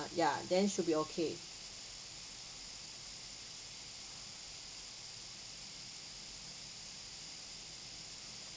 ya then should be okay